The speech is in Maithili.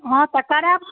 हँ तऽ करायब